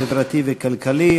חברתי וכלכלי,